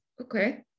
okay